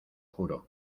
juro